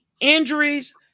injuries